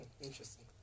Interesting